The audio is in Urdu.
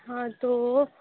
ہاں تو